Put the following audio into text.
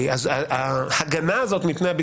כלומר, אין דיאלוג כי אין על זה ביקורת